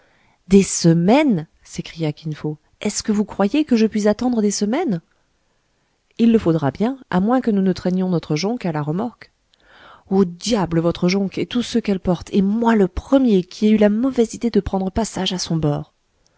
des semaines s'écria kin fo est-ce que vous croyez que je puis attendre des semaines il le faudra bien à moins que nous ne traînions notre jonque à la remorque au diable votre jonque et tous ceux qu'elle porte et moi le premier qui ai eu la mauvaise idée de prendre passage à son bord